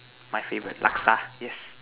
my favourite Laksa yes